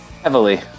Heavily